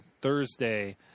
Thursday